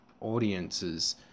audiences